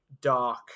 dark